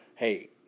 hey